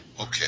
Okay